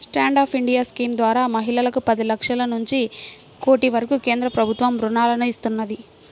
stand up India scheme ద్వారా మహిళలకు పది లక్షల నుంచి కోటి వరకు కేంద్ర ప్రభుత్వం రుణాలను ఇస్తున్నది